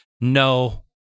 no